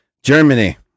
Germany